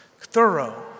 Thorough